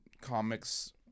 comics